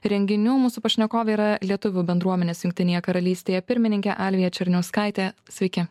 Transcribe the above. renginių mūsų pašnekovė yra lietuvių bendruomenės jungtinėje karalystėje pirmininkė alvija černiauskaitė sveiki